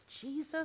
Jesus